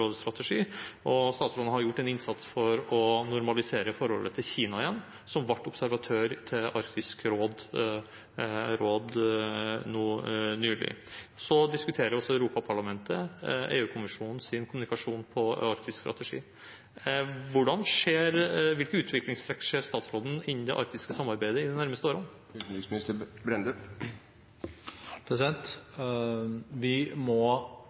Statsråden har også gjort en innsats for igjen å normalisere forholdet til Kina, som ble observatør til Arktisk råd nå nylig. Så diskuterer også Europaparlamentet EU-kommisjonens kommunikasjon på arktisk strategi. Hvilke utviklingstrekk ser statsråden innen det arktiske samarbeidet i de nærmeste årene? Vi må greie å beholde Arktis som et område for samarbeid. Foreløpig har vi